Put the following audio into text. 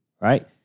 Right